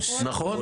נכון.